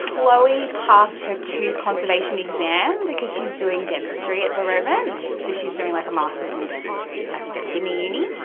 cleo passed her tooth conservation exam, because she is doing dentistry at the moment, so she is doing like a masters in dentistry i think at sydney uni.